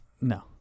No